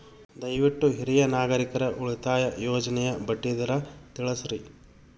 ದಯವಿಟ್ಟು ಹಿರಿಯ ನಾಗರಿಕರ ಉಳಿತಾಯ ಯೋಜನೆಯ ಬಡ್ಡಿ ದರ ತಿಳಸ್ರಿ